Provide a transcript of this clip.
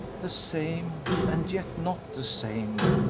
the same, and yet not the same,